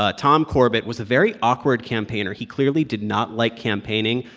ah tom corbett, was a very awkward campaigner. he clearly did not like campaigning,